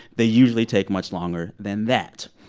they usually take much longer than that.